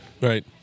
right